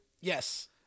Yes